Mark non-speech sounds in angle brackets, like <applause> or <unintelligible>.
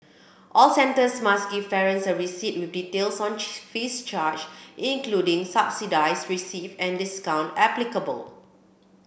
all centres must give parents a receipt with details on <unintelligible> fees charged including subsidies received and discounts applicable